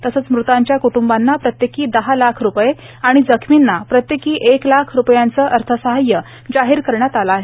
तसंच मृतांच्या कुटुंबियांना प्रत्येकी दहा लाख रुपये आणि जखमींना प्रत्येकी एक लाख रुपयांचं अर्थसहाय्य जाहीर केलं आहे